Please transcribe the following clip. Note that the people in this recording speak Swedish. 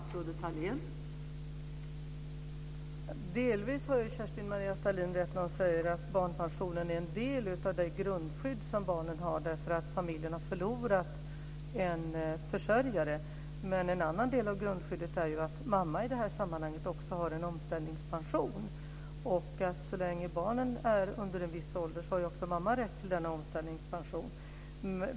Fru talman! Delvis har Kerstin-Maria Stalin rätt när hon säger att barnpensionen är en del av det grundskydd som barnen har därför att familjen har förlorat en försörjare. Men en annan del av grundskyddet är ju att mamman i det här sammanhanget också har en omställningspension. Så länge barnen är under en viss ålder har mamman rätt till en omställningspension.